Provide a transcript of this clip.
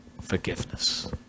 forgiveness